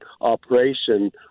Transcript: operation